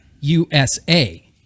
USA